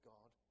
God